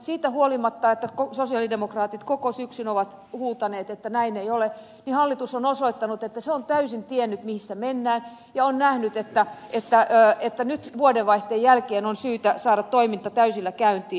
siitä huolimatta että sosialidemokraatit koko syksyn ovat huutaneet että näin ei ole hallitus on osoittanut että se on täysin tiennyt missä mennään ja on nähnyt että nyt vuodenvaihteen jälkeen on syytä saada toiminta täysillä käyntiin